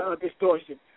distortion